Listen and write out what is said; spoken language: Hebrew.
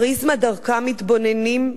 הפריזמה שדרכה מתבוננים,